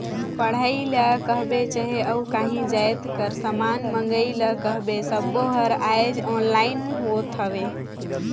पढ़ई ल कहबे चहे अउ काहीं जाएत कर समान मंगई ल कहबे सब्बों हर आएज ऑनलाईन होत हवें